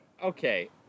Okay